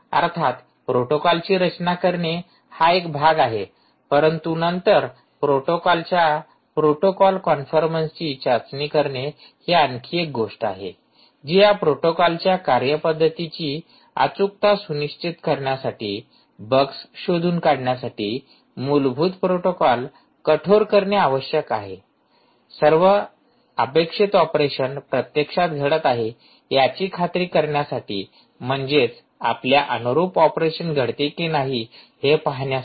अर्थात प्रोटोकॉलची रचना करणे हा एक भाग आहे परंतु नंतर प्रोटोकॉलच्या प्रोटोकॉल कॉन्फरमन्सची चाचणी करणे ही आणखी एक गोष्ट आहे जे या प्रोटोकॉलच्या कार्यपद्धतीची अचूकता सुनिश्चित करण्यासाठी बग्स शोधून काढण्यासाठी मूलभूत प्रोटोकॉल कठोर करणे आवश्यक आहे सर्व अपेक्षित ऑपरेशन प्रत्यक्षात घडत आहे याची खात्री करण्यासाठी म्हणजेच आपल्या अनुरूप ऑपरेशन घडते कि नाही हे पाहण्यासाठी